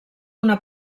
una